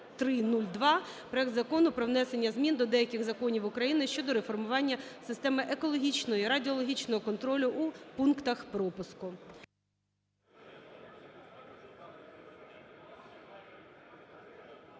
проект Закону про внесення змін до деяких законів України щодо реформування системи екологічного і радіологічного контролю у пунктах пропуску.